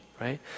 right